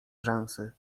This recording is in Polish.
rzęsy